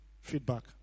feedback